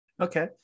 Okay